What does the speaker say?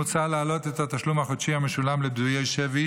מוצע להעלות את התשלום החודשי המשולם לפדויי שבי